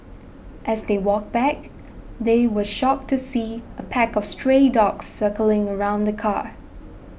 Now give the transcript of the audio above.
as they walked back they were shocked to see a pack of stray dogs circling around the car